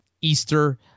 Easter